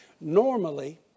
Normally